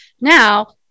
Now